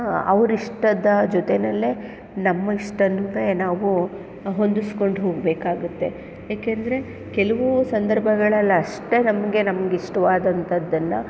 ಅವರಿಷ್ಟದ ಜೊತೆನಲ್ಲೇ ನಮ್ಮ ಇಷ್ಟನೂ ನಾವೂ ಹೊಂದುಸ್ಕೊಂಡು ಹೊಗಬೇಕಾಗುತ್ತೆ ಏಕೆಂದರೆ ಕೆಲವು ಸಂದರ್ಭಗಳಲ್ಲಷ್ಟೇ ನಮಗೆ ನಮಗಿಷ್ಟವಾದಂಥದ್ದನ್ನ